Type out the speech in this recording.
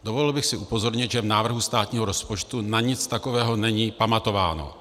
Dovolil bych si upozornit, že v návrhu státního rozpočtu na nic takového není pamatováno.